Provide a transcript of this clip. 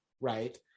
right